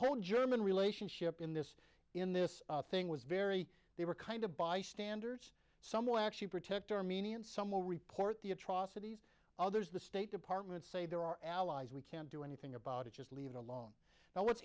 whole german relationship in this in this thing was very they were kind of bystanders some were actually protect armenian some will report the atrocities others the state department say they're our allies we can't do anything about it just leave it alone now what's